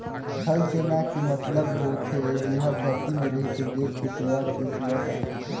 थलसेना के मतलब होथे जेहर धरती में रहिके देस के सेवा के सेवा करथे